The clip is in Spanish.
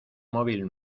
móvil